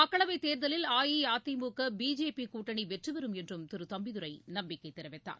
மக்களவைத் தேர்தலில் அஇஅதிமுக பிஜேபி கூட்டணி வெற்றிபெறும் என்றும் திரு தம்பிதுரை நம்பிக்கை தெரிவித்தார்